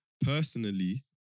Personally